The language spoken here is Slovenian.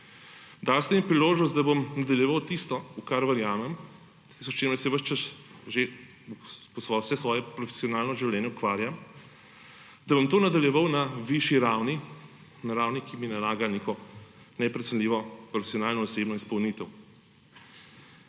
Dali ste mi priložnost, da bom nadaljeval tisto, v kar verjamem in s čimer se ves čas že v vsem svojem profesionalnem življenju ukvarjam, da bom to nadaljeval na višji ravni, na ravni, ki mi nalaga neko neprecenljivo profesionalno in osebno izpolnitev.